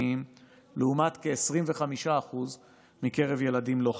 לעומת כ-25% מקרב ילדים לא חרדים.